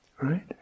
right